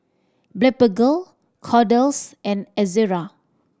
Blephagel Kordel's and Ezerra